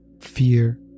fear